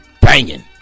banging